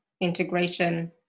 integration